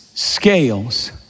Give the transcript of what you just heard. scales